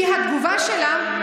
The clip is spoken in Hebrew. לפי התגובה שלה,